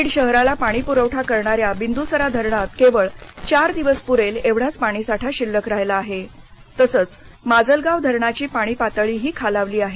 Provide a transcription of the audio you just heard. बीड शहराला पाणी पुरवठा करणा या बिंद्सरा धरणात केवळ चार दिवस पुरेल एवढाच पाणी साठा शिल्लक राहिला आहे तसंच माजलगाव धरणाची पाणी पातळीही खालावली आहे